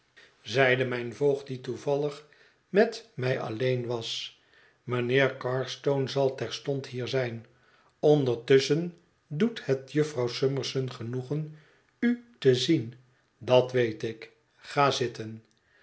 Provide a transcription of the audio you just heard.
nooit moede voogd die toevallig met mij alleen was mijnheer carstone zal terstond hier zijn ondertusschen doet het jufvrouw summerson genoegen u te zien dat weet ik ga zitten